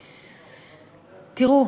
תראו,